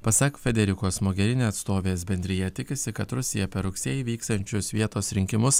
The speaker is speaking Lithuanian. pasak federikos moherini atstovės bendrija tikisi kad rusija per rugsėjį vyksiančius vietos rinkimus